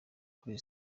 kuri